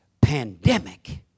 pandemic